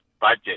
budget